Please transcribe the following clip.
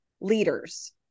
Leaders